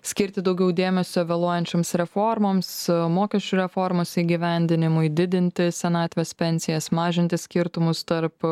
skirti daugiau dėmesio vėluojančioms reformoms mokesčių reformos įgyvendinimui didinti senatvės pensijas mažinti skirtumus tarp